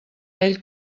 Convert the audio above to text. ell